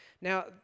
Now